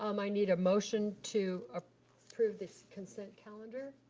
um i need a motion to ah approve this consent calendar.